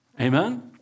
Amen